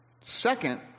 Second